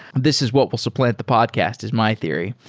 this is what will supplant the podcast, is my theory,